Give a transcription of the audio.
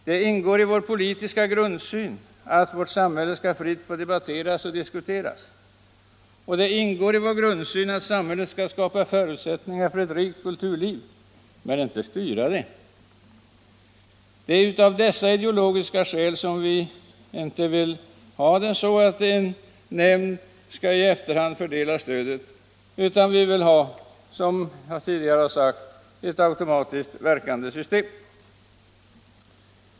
Det ingår i vår politiska grundsyn att vårt samhälle skall fritt få debatteras och diskuteras, och det ingår i vår grundsyn att samhället skall skapa förutsättningar för ett rikt kulturliv men inte styra det. Det är dessa ideo logiska skäl som gör att vi inte vill att en nämnd skall i efterhand fördela stödet, utan vi vill ha, som jag tidigare har sagt, ett automatiskt verkande system.